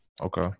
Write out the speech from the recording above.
Okay